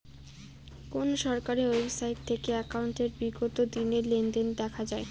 কোন সরকারি ওয়েবসাইট থেকে একাউন্টের বিগত দিনের লেনদেন দেখা যায়?